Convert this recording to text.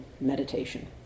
meditation